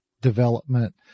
development